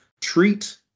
Treat